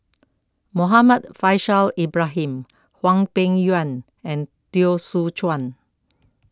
Muhammad Faishal Ibrahim Hwang Peng Yuan and Teo Soon Chuan